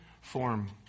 form